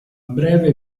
breve